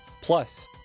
plus